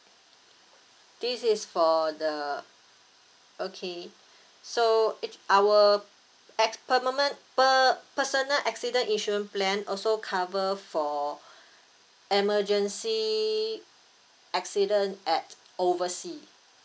this is for the okay so it~ our as per~ personal accident insurance plan also cover for emergency accident at oversea